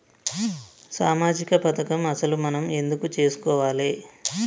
సామాజిక పథకం అసలు మనం ఎందుకు చేస్కోవాలే?